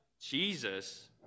Jesus